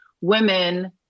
women